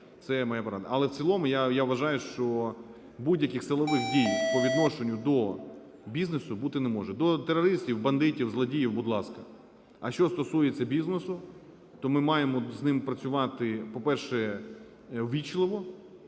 Але в цілому я вважаю, що будь-яких силових дій по відношенню до бізнесу бути не може. До терористів, бандитів, злодіїв – будь ласка, а що стосується бізнесу, то ми маємо з ним працювати, по-перше, ввічливо,